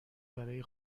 برای